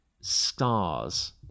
stars